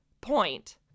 point